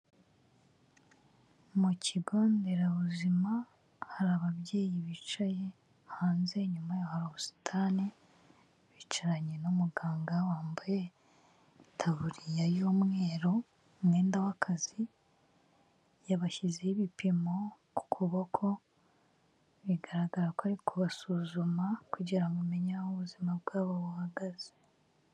Mu kigo nderabuzima hari ababyeyi bicaye hanze inyuma yaho hari ubusitani bicaranye n'umuganga wambaye itaburiya y'umweru, umwenda w'akazi yabashyizeho ibipimo ku kuboko bigaragara ko ari kubasuzuma kugira ngo umenye aho ubuzima bwabo buhagaze.